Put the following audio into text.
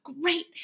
Great